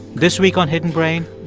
this week on hidden brain,